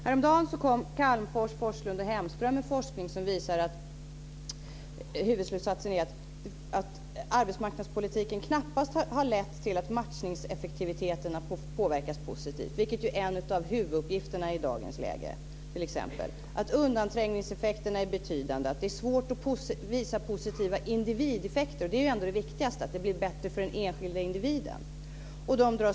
Häromdagen lade Calmfors, Forslund och Hemström fram forskning där de drog huvudslutsatsen att arbetsmarknadspolitiken knappast har lett till att matchningseffektiviteten har påverkats positivt, vilket ju är en av huvuduppgifterna i dagens läge. Undanträngsningseffekterna är betydande. Det är svårt att visa positiva individeffekter, och det är ändå det viktigaste att det blir bättre för den enskilda individen.